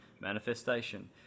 manifestation